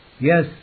Yes